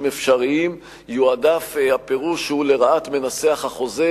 אפשריים יועדף הפירוש שהוא לרעת מנסח החוזה,